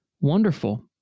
wonderful